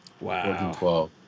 wow